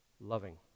loving